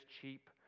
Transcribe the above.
cheap